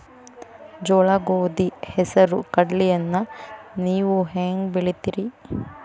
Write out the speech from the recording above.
ಜೋಳ, ಗೋಧಿ, ಹೆಸರು, ಕಡ್ಲಿಯನ್ನ ನೇವು ಹೆಂಗ್ ಬೆಳಿತಿರಿ?